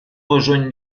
rejoignent